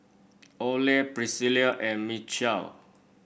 Oley Priscilla and Michell